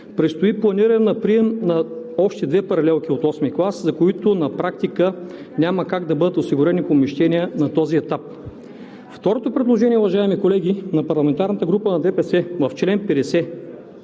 предстои планиране на прием на още две паралелки от VIII клас, за които на практика няма как да бъдат осигурени помещения на този етап. Второто предложение, уважаеми колеги, на парламентарната група на ДПС в чл. 50,